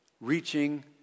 reaching